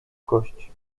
kości